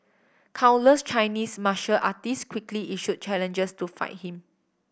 countless Chinese martial artists quickly issued challenges to fight him